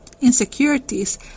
insecurities